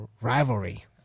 rivalry